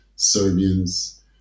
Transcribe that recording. Serbians